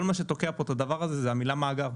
כל מה שתוקע פה את הדבר הזה זה המילה "מאגר".